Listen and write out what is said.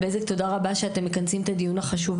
בתוך מערכות התכנון וההנדסה,